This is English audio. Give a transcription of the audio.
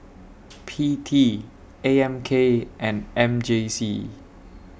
P T A M K and M J C